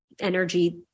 energy